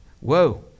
Whoa